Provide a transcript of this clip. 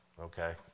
okay